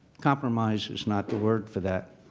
compromise is not the word for that.